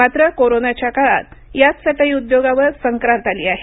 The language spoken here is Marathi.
मात्र कोरोनाच्या काळात याच चटई उद्योगावर संक्रांत आली आहे